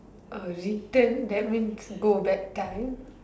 orh return that means go back time